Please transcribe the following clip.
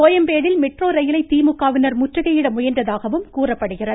கோயம்பேடில் metro ரயிலை திமுகவினர் முற்றுகையிட முயன்றதாகவும் கூறப்படுகிறது